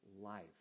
life